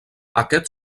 aquest